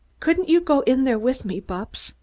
couldn't you go in there with me, bupps?